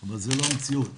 אבל זו לא המציאות.